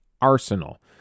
arsenal